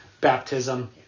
baptism